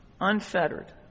unfettered